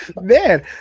Man